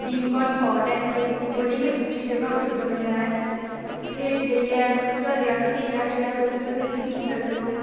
Bhimgarh fort ऐ इत्थै ओह् बड़ी गै उच्ची जगह् उप्पर बने दा ऐ ते उत्थै जाइयै पूरा रियासी शैह्र जेह्ड़ा तुस दिक्खी सकदे ओ